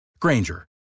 Granger